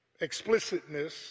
explicitness